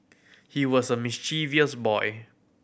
he was a mischievous boy